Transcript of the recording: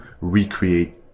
recreate